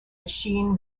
machine